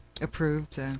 Approved